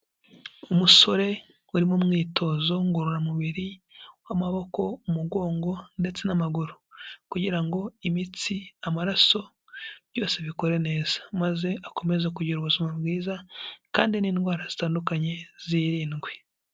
Umusore uri mu mwitozo ngororamubiri w'amaboko, umugongo ndetse n'amaguru, kugira ngo imitsi, amaraso byose bikore neza, maze akomeze kugira ubuzima bwiza kandi n'indwara zitandukanye zirindwe.